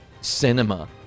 cinema